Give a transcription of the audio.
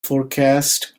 forecast